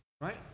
right